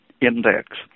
index